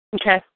Okay